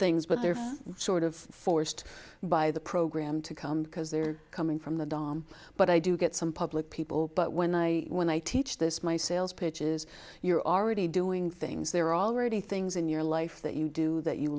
things but they're sort of forced by the program to come because they're coming from the dom but i do get some public people but when i when i teach this my sales pitch is you're already doing things there already things in your life that you do that you